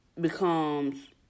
becomes